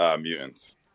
mutants